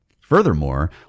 Furthermore